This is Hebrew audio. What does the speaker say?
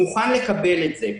מוכן לקבל את זה,